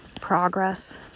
progress